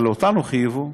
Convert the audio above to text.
אבל אותנו חייבו.